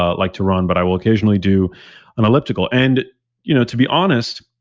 ah like to run, but i will occasionally do an elliptical. and you know to be honest,